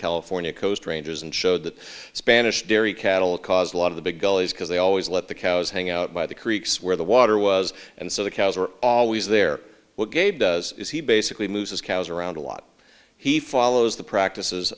california coast ranges and showed that spanish dairy cattle cause a lot of the big gullies because they always let the cows hang out by the creeks where the water was and so the cows were always there what gave does is he basically moves his cows around a lot he follows the practices